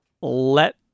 let